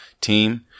team